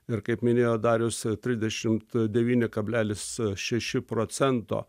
ir kaip minėjo darius tridešimt devyni kablelis šeši procento